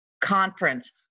conference